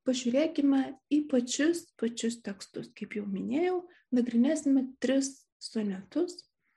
pažiūrėkime į pačius pačius tekstus kaip jau minėjau nagrinėsime tris sonetus